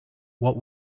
what